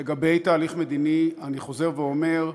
לגבי תהליך מדיני, אני חוזר ואומר,